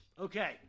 Okay